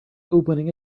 opening